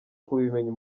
kubimenya